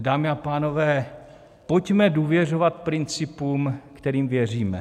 Dámy a pánové, pojďme důvěřovat principům, kterým věříme.